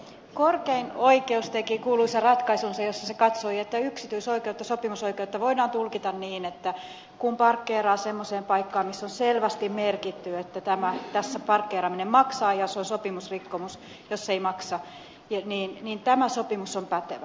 korkein oikeus teki kuuluisan ratkaisunsa jossa se katsoi että yksityisoikeutta sopimusoikeutta voidaan tulkita niin että kun parkkeeraa semmoiseen paikkaan missä on selvästi merkitty että tässä parkkeeraaminen maksaa ja se on sopimusrikkomus jos ei maksa niin tämä sopimus on pätevä